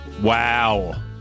Wow